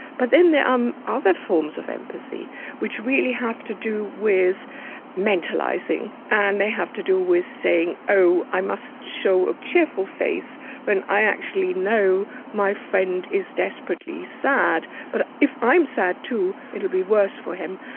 but then there are um other forms of empathy which really have to do with mentalising and they have to do with saying oh, i must show a cheerful face when i actually know my friend is desperately sad, but if i'm sad too it will be worse for him.